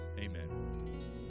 amen